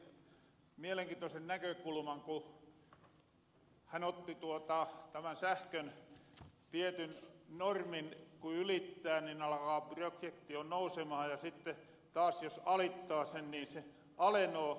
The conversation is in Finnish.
tynkkynen otti mielenkiintoisen näkökulman ku hän otti tämän että sähkön tietyn normin ku ylittää niin alkaa prokjektio nousemahan ja sitte taas jos alittaa sen niin se alenoo